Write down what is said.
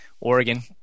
Oregon